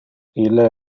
ille